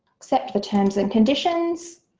accept the terms and conditions,